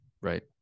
right